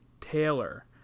Taylor